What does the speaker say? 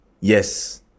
Yes